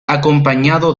acompañado